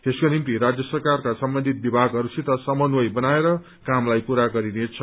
यसको निम्ति राज्य सरकारका सम्बन्धित विभागहरूसित समन्वय बनाएर कामलाई पूरा गरिनेछ